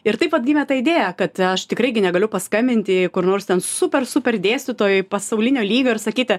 ir taip vat gimė ta idėja kad aš tikrai gi negaliu paskambinti kur nors ten super super dėstytojai pasaulinio lygio ir sakyti